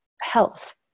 health